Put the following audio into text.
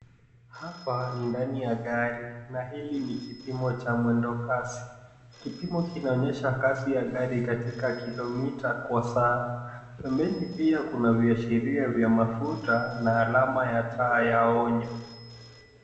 Hapa ni ndani ya gari na hili ni kipimo cha mwendo kasi. Kipimo kinaonyesha kasi ya gari katika kilomita kwa saa. Pembeni pia kuna viashiria vya mafuta na alama ya taa ya onyo.